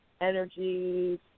energy